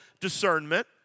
discernment